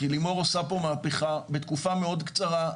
כי לימור עושה פה מהפכה בתקופה מאוד קצרה.